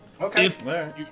Okay